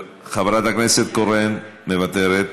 חברת הכנסת קורן, מוותרת,